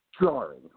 jarring